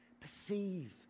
Perceive